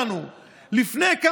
קונה שש